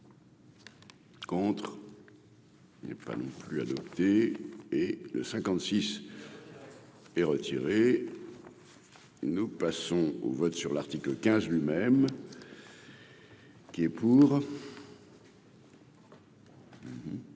Contre, il n'est pas non plus adapté et le 56 et retiré, nous passons au vote sur l'article 15 lui-même qui est pour.